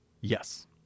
Yes